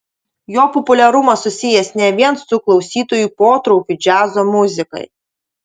jo populiarumas susijęs ne vien su klausytojų potraukiu džiazo muzikai